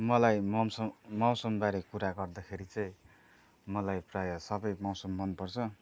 मलाई मौसम मौसमबारे कुरा गर्दाखेरि चाहिँ मलाई प्राय सबै मौसम मनपर्छ